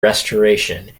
restoration